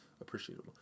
Appreciable